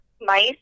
mice